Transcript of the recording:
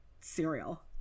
cereal